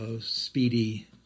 speedy